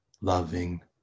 loving